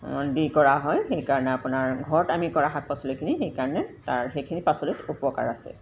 দি কৰা হয় সেইকাৰণে আপোনাৰ ঘৰত আমি কৰা শাক পাচলিখিনি সেইকাৰণে তাৰ সেইখিনি পাচলিত উপকাৰ আছে